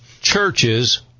churches